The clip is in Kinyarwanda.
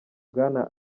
bwana